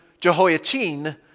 Jehoiachin